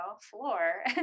floor